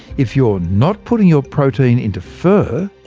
if you're not putting your protein into fur,